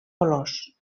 colors